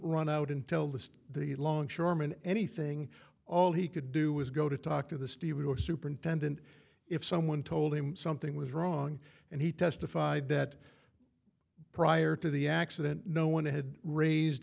run out and tell the the longshoreman anything all he could do was go to talk to the stevedores superintendent if someone told him something was wrong and he testified that prior to the accident no one had raised